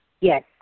Yes